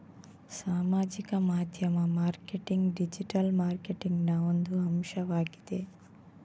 ಸಾಮಾಜಿಕ ಮಾಧ್ಯಮ marketing digital ಮಾರ್ಕೆಟಿಂಗಿನ ಒಂದು ಅಂಶವಾಗಿದೆ